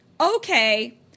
Okay